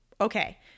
Okay